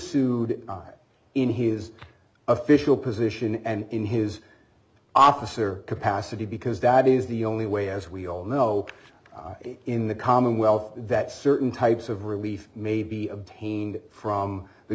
sued in his official position and in his office or capacity because that is the only way as we all know in the commonwealth that certain types of relief may be obtained from the